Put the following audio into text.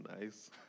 nice